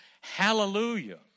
Hallelujah